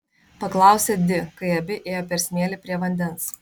paklausė di kai abi ėjo per smėlį prie vandens